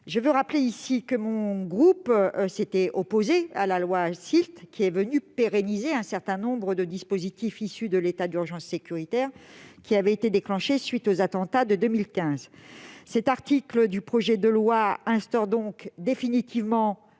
Je veux rappeler que le groupe CRCE s'était opposé à la loi SILT, qui est venue pérenniser un certain nombre de dispositifs issus de l'état d'urgence sécuritaire, déclenché à la suite des attentats de 2015. Cet article du projet de loi instaure donc définitivement